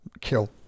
kill